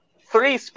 three